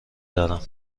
دارم